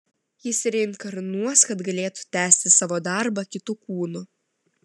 jis reinkarnuos kad galėtų tęsti savo darbą kitu kūnu